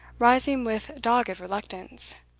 rising with dogged reluctance.